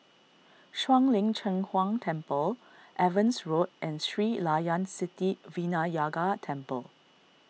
Shuang Lin Cheng Huang Temple Evans Road and Sri Layan Sithi Vinayagar Temple